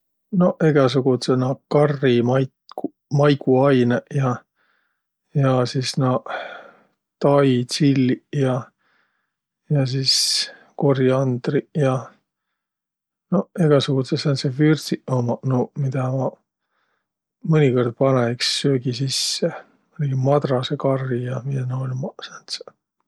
No egäsugudsõq naaq karri maig- maiguainõq ja, ja sis naaq tai tsilliq ja sis koriandriq ja. Noq egäsugudsõq sääntseq vürdsiq ummaq nuuq, midä ma mõnikõrd panõ iks söögi sisse, määnegi madrasõ karri ja miä naaq ummaq sääntseq.